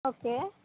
okay